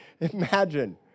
imagine